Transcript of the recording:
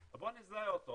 בוא נזהה אותו',